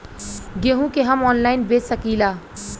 गेहूँ के हम ऑनलाइन बेंच सकी ला?